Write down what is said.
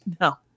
no